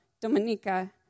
Dominica